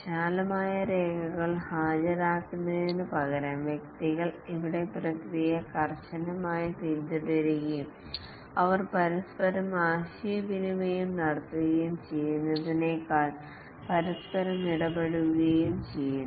വിശാലമായ രേഖകൾ ഹാജരാക്കുന്നതിനുപകരം വ്യക്തികൾ ഇവിടെ പ്രക്രിയ കർശനമായി പിന്തുടരുകയും അവർ പരസ്പരം ആശയവിനിമയം നടത്തുകയും ചെയ്യുന്നതിനേക്കാൾ പരസ്പരം ഇടപഴകുകയും ചെയ്യുന്നു